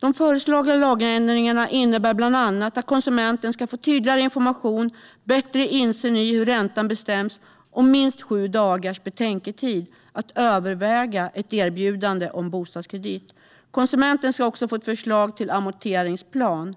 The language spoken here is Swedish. De föreslagna lagändringarna innebär bland annat att konsumenten ska få tydligare information, bättre insyn i hur räntan bestäms och minst sju dagars betänketid att överväga ett erbjudande om en bostadskredit. Konsumenten ska också få ett förslag till en amorteringsplan. Stärkt konsumentskydd på bolånemarknaden